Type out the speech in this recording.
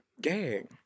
Gang